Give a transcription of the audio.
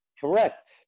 Correct